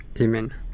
amen